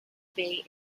bay